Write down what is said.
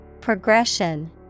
Progression